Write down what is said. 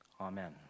Amen